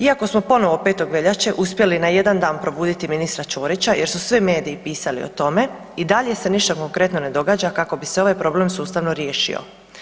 Iako smo ponovo 5.veljače uspjeli na jedan dan probuditi ministra Ćorić jer su svi mediji pisali o tome i dalje se ništa konkretno ne događa kako bi se ovaj problem sustavno riješio.